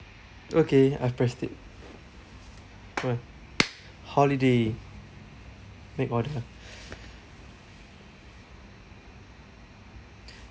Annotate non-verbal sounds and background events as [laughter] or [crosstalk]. okay I've pressed it one holiday make order [breath]